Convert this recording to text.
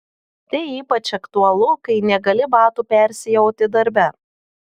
tai ypač aktualu kai negali batų persiauti darbe